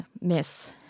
Miss